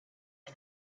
del